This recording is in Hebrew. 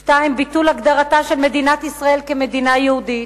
2. ביטול הגדרתה של מדינת ישראל כמדינה יהודית,